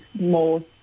more